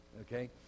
okay